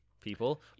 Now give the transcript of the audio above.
people